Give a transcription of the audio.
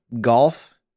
golf